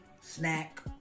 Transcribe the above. snack